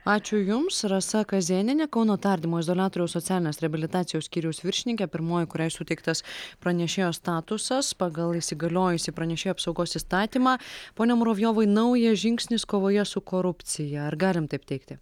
ačiū jums rasa kazėnienė kauno tardymo izoliatoriaus socialinės reabilitacijos skyriaus viršininkė pirmoji kuriai suteiktas pranešėjo statusas pagal įsigaliojusį pranešėjo apsaugos įstatymą pone muravjovai naujas žingsnis kovoje su korupcija ar galim taip teigti